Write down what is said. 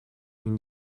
این